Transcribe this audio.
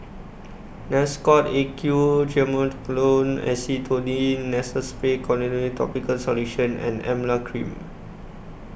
Nasacort A Q Triamcinolone Acetonide Nasal Spray Topical Solution and Emla Cream